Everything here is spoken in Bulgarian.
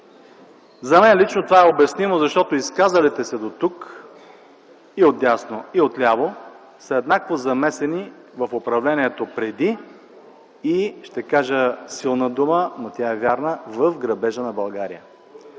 За мен лично това е обяснимо, защото изказалите се дотук – и отдясно, и отляво, са еднакво замесени в управлението преди и ще кажа силна дума, но тя е вярна – в грабежа на България.